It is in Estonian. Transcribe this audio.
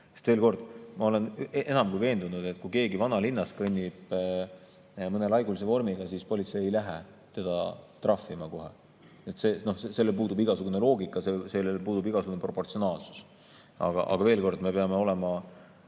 Veel kord: ma olen enam kui veendunud, et kui keegi vanalinnas kõnnib laigulise vormiga, siis politsei ei lähe teda kohe trahvima. Selles puuduks igasugune loogika, selles puuduks igasugune proportsionaalsus. Aga veel kord: me peame olema